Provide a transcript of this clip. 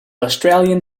australian